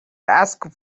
ask